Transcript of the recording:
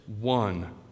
one